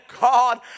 God